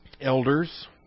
elders